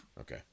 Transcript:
Okay